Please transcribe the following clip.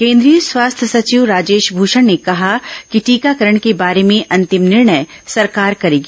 केंद्रीय स्वास्थ्य सचिव राजेश भूषण ने कहा कि टीकाकरण के बारे में अंतिम निर्णय सरकार करेगी